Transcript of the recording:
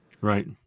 right